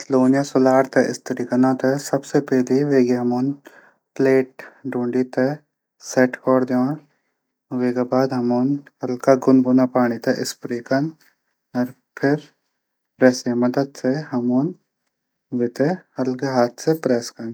सुलार थै स्त्री कनो थै सबसे पैली वेकी प्लेट ढूढी थै। सैट कौर दिण। वेक बाद हमन। गुनगुनाना पानी से स्प्रे कन। फिर स्त्री मदद से हमन वेथे हल्का हाथ से प्रेस कन।